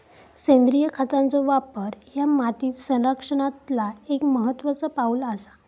सेंद्रिय खतांचो वापर ह्या माती संरक्षणातला एक महत्त्वाचा पाऊल आसा